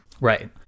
Right